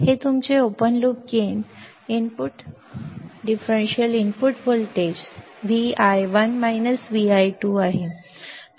हे तुमचे open loop gain input विभेदक इनपुट व्होल्टेज Vi1 Vi2 आहे